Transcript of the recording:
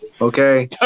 Okay